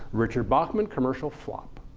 richard bachman commercial flop.